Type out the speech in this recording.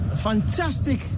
Fantastic